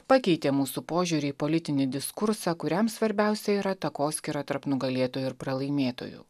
pakeitė mūsų požiūrį į politinį diskursą kuriam svarbiausia yra takoskyra tarp nugalėtojų ir pralaimėtojų